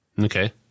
Okay